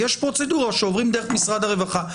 יש פרוצדורה שעוברים דרך משרד הרווחה.